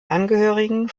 angehörigen